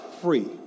free